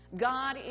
God